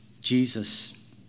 Jesus